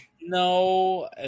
No